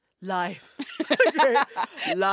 life